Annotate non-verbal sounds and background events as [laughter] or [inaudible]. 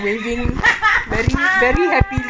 [laughs]